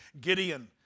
Gideon